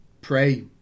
pray